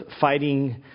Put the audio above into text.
fighting